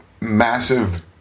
massive